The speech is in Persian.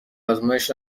آزمایش